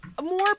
More